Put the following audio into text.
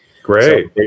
Great